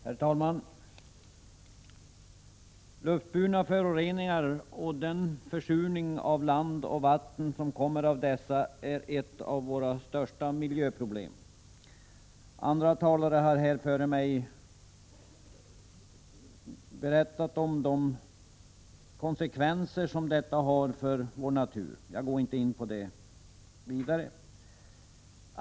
Herr talman! Luftburna föroreningar och den försurning av land och vatten som kommer av dessa är ett av våra största miljöproblem. Andra talare har före mig berättat om konsekvenserna för vår natur, och jag går inte in på det vidare.